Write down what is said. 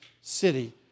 city